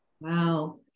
Wow